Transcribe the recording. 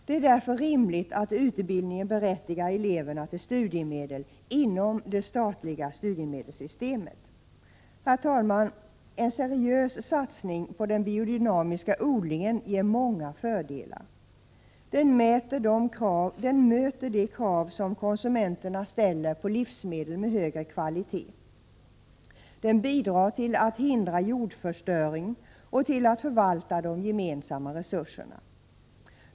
Det är därför rimligt att utbildningen berättigar eleverna till studiemedel inom det statliga studiemedelssystemet. Herr talman! En seriös satsning på den biodynamiska odlingen ger många fördelar. Den möter de krav som konsumenterna ställer på livsmedel med högre kvalitet. Den bidrar till att hindra jordförstöring och till att förvalta de gemensamma resurserna.